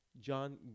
John